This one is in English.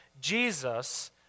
Jesus